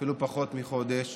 אפילו פחות מחודש,